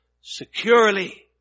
securely